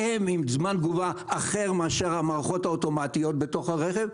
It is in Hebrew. והם עם זמן תגובה אחר מאשר המערכות האוטומטיות בתוך הרכב,